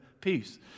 peace